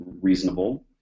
reasonable